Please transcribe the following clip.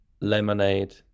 Lemonade